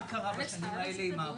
מה קרה בשנים האלה עם העבודה.